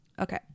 Okay